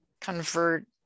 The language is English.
convert